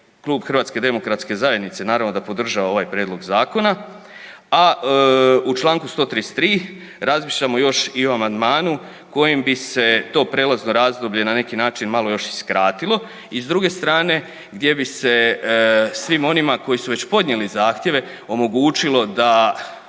klub HDZ-a naravno da podržava ovaj prijedlog zakona. A u čl. 133. razmišljamo još i o amandmanu kojim bi se to prijelazno razdoblje na neki način malo još i skratilo i s druge strane gdje bi se svim onima koji su već podnijeli zahtjeve omogućilo da